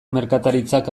merkataritzak